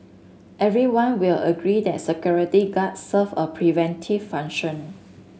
everyone will agree that security guards serve a preventive function